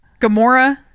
Gamora